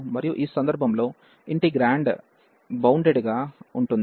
మరియు ఈ సందర్భంలో ఇంటిగ్రేండ్ బౌండెడ్ గా ఉంటుంది